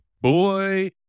boy